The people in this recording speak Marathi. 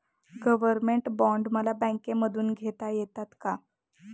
गव्हर्नमेंट बॉण्ड मला बँकेमधून घेता येतात का?